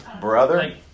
Brother